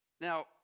Now